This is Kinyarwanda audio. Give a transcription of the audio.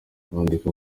bandika